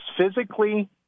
physically